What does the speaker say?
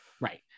right